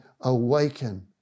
awaken